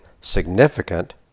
significant